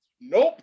nope